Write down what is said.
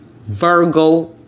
Virgo